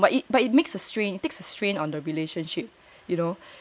it but it makes a strain takes a strain on the relationship you know